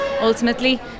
ultimately